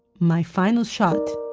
my final shot.